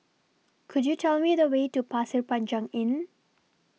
Could YOU Tell Me The Way to Pasir Panjang Inn